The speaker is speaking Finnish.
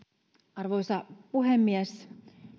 arvoisa puhemies